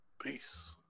Peace